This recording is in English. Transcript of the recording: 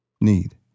need